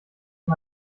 von